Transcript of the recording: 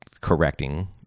correcting